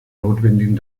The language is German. notwendigen